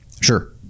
Sure